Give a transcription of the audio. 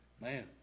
man